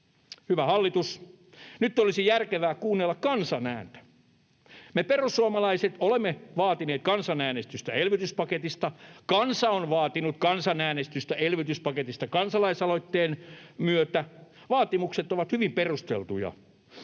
Hyvä hallitus, nyt olisi järkevää kuunnella kansan ääntä. Me perussuomalaiset olemme vaatineet kansanäänestystä elvytyspaketista, kansa on vaatinut kansanäänestystä elvytyspaketista kansalaisaloitteen myötä. Vaatimukset ovat hyvin perusteltuja.